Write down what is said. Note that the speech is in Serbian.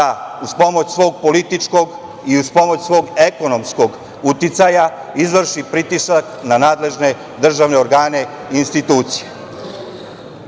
da uz pomoć svog političkog i uz pomoć svog ekonomskog uticaja izvrši pritisak na nadležne državne organe i institucije. Obzirom